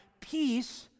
peace